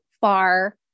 far